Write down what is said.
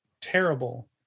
terrible